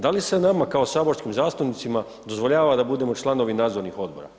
Da li se nama kao saborskim zastupnicima dozvoljava da budemo članovi nadzornih odbora?